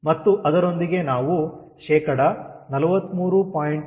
ಮತ್ತು ಅದರೊಂದಿಗೆ ನಾವು 43